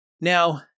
Now